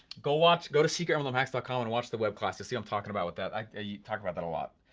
go watch, go to secretmlmhacks dot com and watch the web class to see what i'm talking about with that. i yeah talk about that a lot.